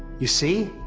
you see?